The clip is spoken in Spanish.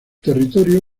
territorio